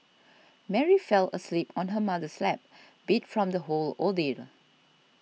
Mary fell asleep on her mother's lap beat from the whole ordeal